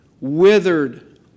Withered